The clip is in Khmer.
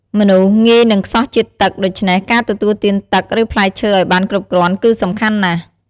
មនុស្សងាយនឹងខ្សោះជាតិទឹក ដូច្នេះការទទួលទានទឹក ឬផ្លែឈើឱ្យបានគ្រប់គ្រាន់គឺសំខាន់ណាស់។